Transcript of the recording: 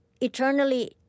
eternally